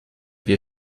wir